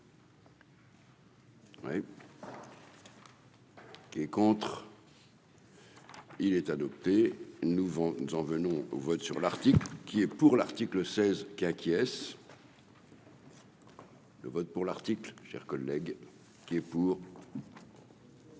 pour. Qui est contre. Il est adopté, nous nous en venons au vote sur l'article qui est pour l'article 16 qui acquiesce. Le vote pour l'article cher collègue qui est pour.